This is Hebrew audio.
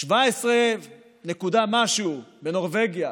17 ומשהו בנורבגיה,